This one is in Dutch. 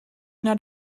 naar